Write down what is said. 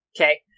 Okay